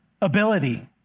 ability